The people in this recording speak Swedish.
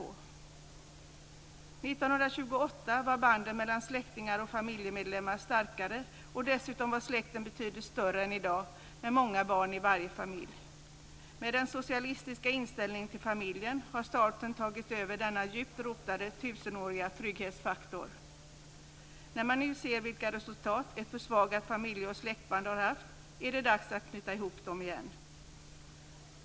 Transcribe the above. År 1928 var banden mellan släktingar och familjemedlemmar starkare och dessutom var släkten betydligt större än i dag, med många barn i varje familj. Med den socialistiska inställningen till familjen har staten tagit över denna djupt rotade tusenåriga trygghetsfaktor. När man nu ser vilka resultat försvagade familjeoch släktband har haft är det dags att knyta ihop dem igen.